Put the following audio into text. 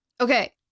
okay